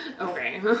Okay